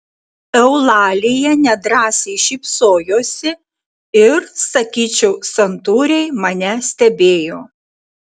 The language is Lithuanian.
eulalija nedrąsiai šypsojosi ir sakyčiau santūriai mane stebėjo